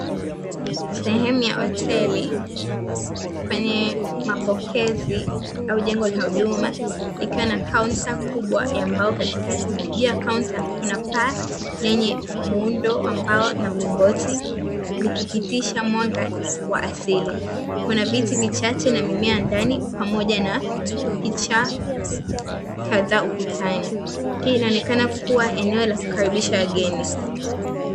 Sehemu ya hoteli kwenye mapokezi au jengo la huduma likiwa na kaunta kubwa ya mbao katikati, juu ya kaunta kuna paa lenye muundo wa mbao na mlingoti likipitisha mwanga wa asili. Kuna viti vichache na mimea angani pamoja na picha kadhaa ukutani. Hii inaonekana kuwa eneo la kukaribisha wageni.